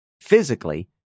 physically